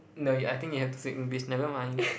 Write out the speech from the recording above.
no you I think you have to say English never mind